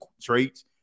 traits